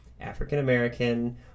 African-American